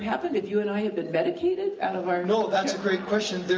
happened if you and i had been medicated, out of our no, that's a great question, there